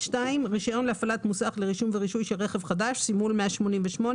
רישיון להפעלת מוסך לרישום ורישוי שלש רכב חדש (סימול 188),